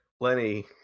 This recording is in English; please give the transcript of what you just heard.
Lenny